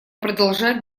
продолжать